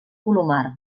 colomar